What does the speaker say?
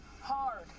hard